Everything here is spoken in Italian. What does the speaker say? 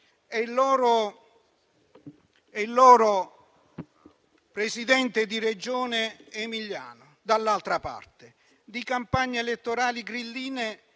e il loro presidente di Regione Emiliano, dall'altra parte. Ricordo le campagne elettorali grilline